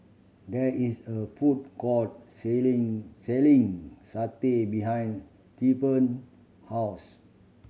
there is a food court selling selling satay behind Stephany house